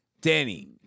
Danny